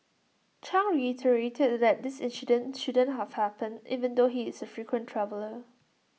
chang reiterated that this incident shouldn't have happened even though he is A frequent traveller